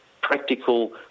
practical